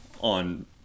on